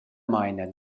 maina